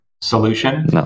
solution